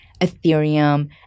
Ethereum